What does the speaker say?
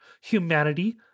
Humanity